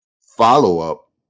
follow-up